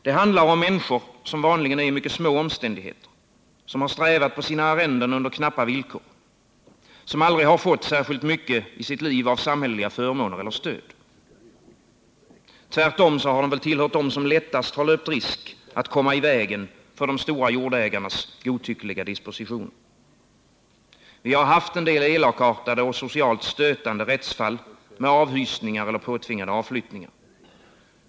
Det handlar om människor, som vanligen är i mycket små omständigheter, som har strävat på sina arrenden under knappa villkor, som aldrig har fått särskilt mycket i sitt liv av samhälleliga förmåner eller stöd. Tvärtom har de tillhört dem som lättast löpt risk att komma i vägen för de stora jordägarnas godtyckliga dispositioner. Vi har haft en del elakartade och socialt stötande rättsfall, med avhysningar eller påtvingade avflyttningar.